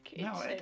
No